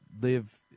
live